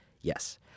Yes